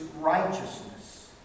righteousness